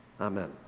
Amen